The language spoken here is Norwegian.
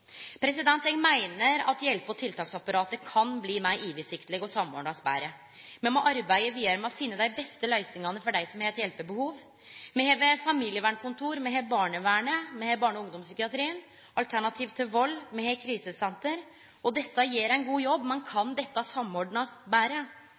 Eg meiner at hjelpe- og tiltaksapparatet kan bli meir oversiktleg og kan samordnast betre. Me må arbeide vidare med å finne dei beste løysingane for dei som har eit hjelpebehov. Me har familievernkontor, barnevernet, me har barne- og ungdomspsykiatrien, Alternativ til Vold, og me har krisesenter. Desse gjer ein god jobb, men kan